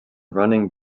running